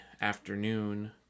afternoon